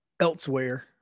Elsewhere